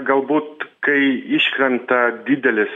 galbūt kai iškrenta didelis